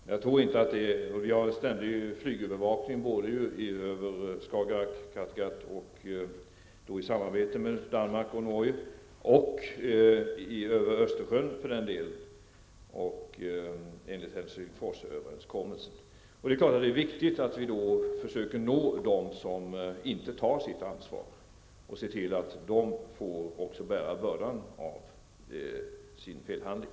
Vi har i samarbete med Danmark och Norge en ständig flygövervakning över både Skagerrak och Kattegatt och för den delen även över Östersjön i enlighet med Helsingforsöverenskommelsen. Det är viktigt att vi då försöker nå dem som inte tar sitt ansvar och se till att också de får bära bördan av sin felaktiga handling.